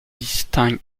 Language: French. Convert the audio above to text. distingue